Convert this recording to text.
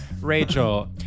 Rachel